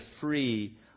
free